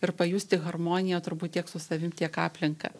ir pajusti harmoniją turbūt tiek su savim tiek aplinka